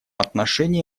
отношении